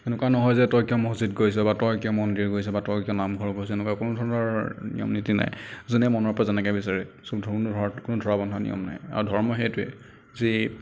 এনেকুৱা নহয় যে তই কিয় মছজিদ গৈছ বা তই কিয় মন্দিৰ গৈছ বা তই কিয় নামঘৰ গৈছ এনেকুৱা কোনো ধৰণৰ নিয়ম নীতি নাই যোনে মনৰ পৰা যেনেকৈ বিচাৰে চ' ধৰ্মৰ ঘৰত কোনো ধৰা বন্ধা নিয়ম নাই আৰু ধৰ্ম সেইটোৱেই যি